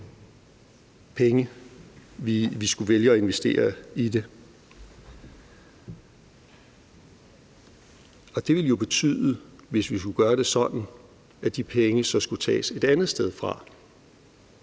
penge, vi skulle vælge at investere i det, og det ville jo betyde, hvis vi skulle gøre det sådan, at de penge skulle tages et andet sted fra,